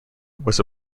was